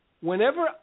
whenever